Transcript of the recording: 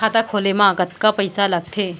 खाता खोले मा कतका पइसा लागथे?